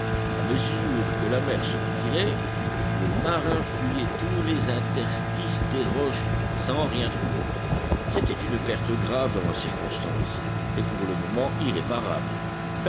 à mesure que la mer se retirait le marin fouillait tous les interstices des roches sans rien trouver c'était une perte grave dans la circonstance et pour le moment irréparable